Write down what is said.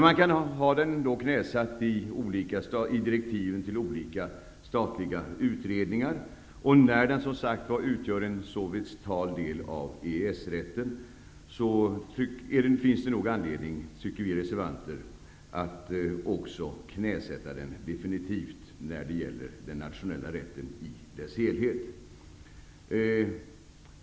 Man kan emellertid ha den knäsatt i direktiven till olika statliga utredningar, och när den som sagt utgör en så vital del av EES rätten finns det nog anledning, tycker vi reservanter, att också knäsätta den definitivt när det gäller den nationella rätten i dess helhet.